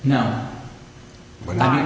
now we're not